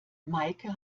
meike